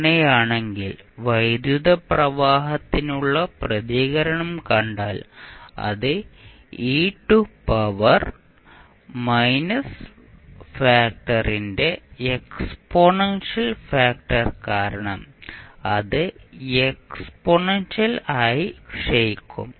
അങ്ങനെയാണെങ്കിൽ വൈദ്യുതപ്രവാഹത്തിനുള്ള പ്രതികരണം കണ്ടാൽ അത് ഇ ടു പവർ മൈനസ് ഫാക്ടറിന്റെ എക്സ്പോണൻഷ്യൽ ഫാക്ടർ കാരണം അത് എക്സ്പോണൻഷ്യൽ ആയി ക്ഷയിക്കും